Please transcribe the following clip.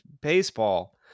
baseball